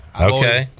okay